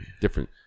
different